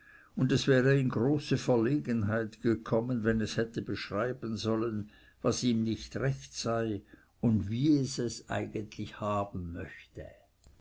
und es wäre in große verlegenheit gekommen wenn es hätte beschreiben sollen was ihm nicht recht sei und wie es es eigentlich haben möchte